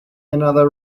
another